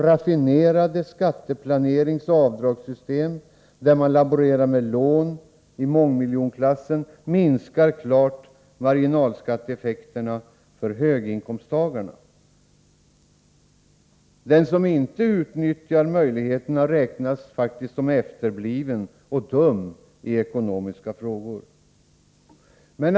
Raffinerade skatteplaneringsoch avdragssystem, där man laborerar med lån i mångmiljonklassen, minskar klart marginalskatteeffekterna för höginkomsttagarna. Den som inte utnyttjar möjligheterna räknas som efterbliven och dum i ekonomiska frågor.